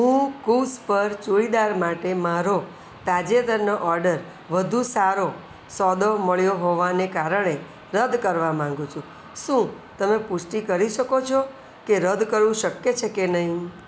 હું કૂવ્સ પર ચૂડીદાર માટે મારો તાજેતરનો ઓડર વધુ સારો સોદો મળ્યો હોવાને કારણે રદ કરવા માગું છું શું તમે પુષ્ટિ કરી શકો છો કે રદ કરવું શક્ય છે કે નહીં